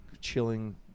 chilling